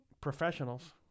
professionals